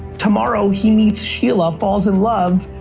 tomorrow he meets sheila, falls in love,